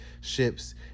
ships